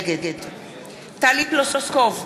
נגד טלי פלוסקוב,